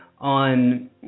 on